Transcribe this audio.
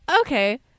okay